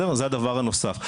זה דבר נוסף.